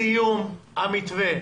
סיום המתווה.